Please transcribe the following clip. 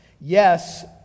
Yes